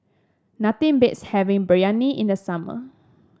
nothing beats having Biryani in the summer